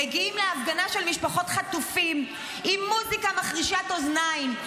מגיעים להפגנה של משפחות חטופים עם מוזיקה מחרישת אוזניים,